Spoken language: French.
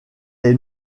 est